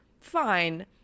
fine